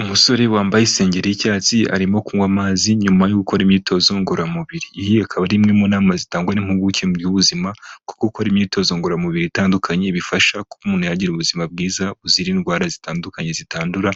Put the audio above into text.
Umusore wambaye isengeri y'icyatsi arimo kunywa amazi nyuma yo gukora imyitozo ngororamubiri. Iyi akaba ari imwe mu nama zitangwa n'impuguke mu by'ubuzima kuko gukora imyitozo ngororamubiri itandukanye bifasha kuba umuntu yagira ubuzima bwiza buzira indwara zitandukanye zitandura,